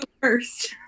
first